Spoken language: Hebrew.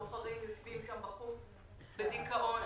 המוכרים יושבים שם בחוץ בדיכאון,